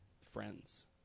friends